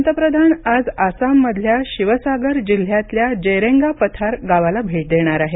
पंतप्रधान आज आसाममधल्या शिवसागर जिल्ह्यातल्या जेरेन्गा पथार गावाला भेट देणार आहेत